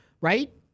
right